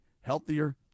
healthier